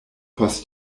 post